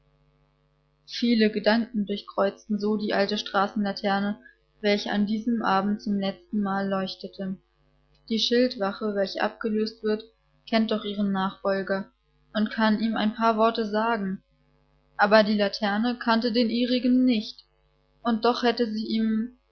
viele gedanken durchkreuzten so die alte straßenlaterne welche an diesem abend zum letztenmal leuchtete die schildwache welche abgelöst wird kennt doch ihren nachfolger und kann ihm ein paar worte sagen aber die laterne kannte den ihrigen nicht und doch hätte sie ihm